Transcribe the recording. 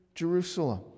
Jerusalem